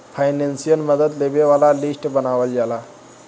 financial मदद लेबे वाला लिस्ट बनावल जाला